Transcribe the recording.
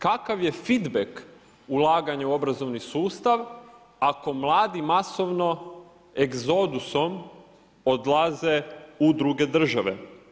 Kakav je feedback ulaganja u obrazovni sustav ako mladi masovno egzodusom odlaze u druge države?